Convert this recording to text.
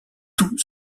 tout